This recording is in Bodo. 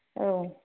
औ